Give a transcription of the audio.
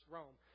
Rome